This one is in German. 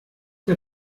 der